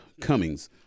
Cummings